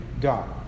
God